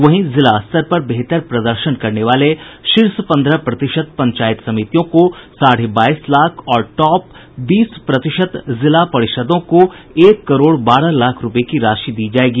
वहीं जिला स्तर पर बेहतर प्रदर्शन करने वाले शीर्ष पंद्रह प्रतिशत पंचायत समितियों को साढ़े बाईस लाख और टॉप बीस प्रतिशत जिला परिषदों को एक करोड़ बारह लाख रूपये की राशि दी जायेगी